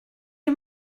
you